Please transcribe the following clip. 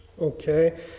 Okay